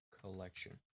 collection